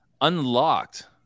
unlocked